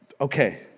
Okay